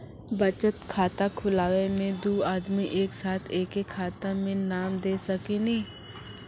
बचत खाता खुलाए मे दू आदमी एक साथ एके खाता मे नाम दे सकी नी?